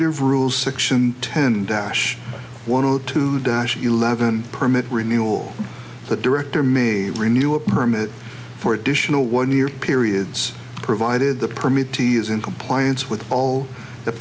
administrative rules section ten dash one zero two dash eleven permit renewal the director may renew a permit for additional one year periods provided the permit t is in compliance with all the